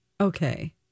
okay